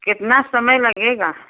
कितना समय लगेगा